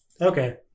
okay